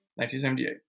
1978